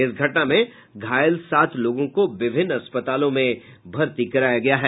इस घटना में घायल सात लोगों को विभिन्न अस्पतालों में भर्ती कराया गया है